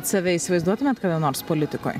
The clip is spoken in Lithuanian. save įsivaizduotumėt kada nors politikoj